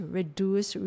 reduce